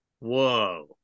Whoa